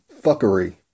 fuckery